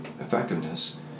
effectiveness